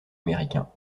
américain